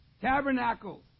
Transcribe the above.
Tabernacles